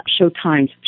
Showtime's